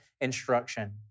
instruction